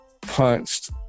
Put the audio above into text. punched